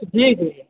जी जी जी